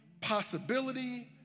possibility